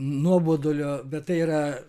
nuobodulio bet tai yra